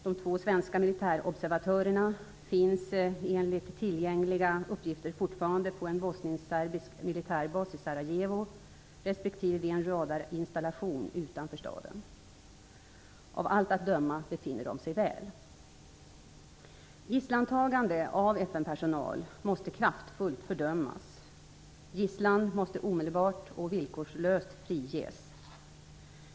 De två svenska militärobservatörerna finns enligt tillgängliga uppgifter fortfarande på en bosniskserbisk militärbas i Sarajevo respektive vid en radarinstallation utanför staden. Av allt att döma befinner de sig väl. Gisslantagande av FN-personal måste kraftfullt fördömas. Gisslan måste omedelbart och villkorslöst friges.